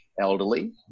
elderly